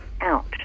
out